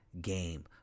game